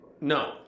No